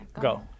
Go